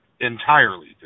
Entirely